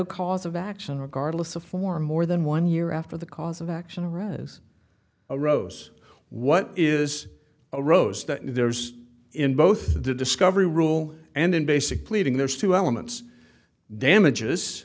cause of action regardless of for more than one year after the cause of action rose arose what is a rose that there's in both the discovery rule and in basic pleading there's two elements damages